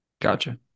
Gotcha